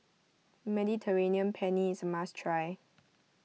Mediterranean Penne is must try